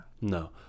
No